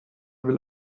will